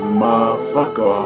motherfucker